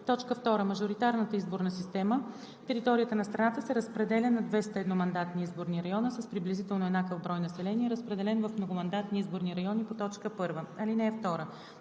2. мажоритарната изборна система територията на страната се разделя на 200 едномандатни изборни района с приблизително еднакъв брой население, разпределени в многомандатни изборни райони по т. 1. (2)